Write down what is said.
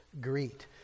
greet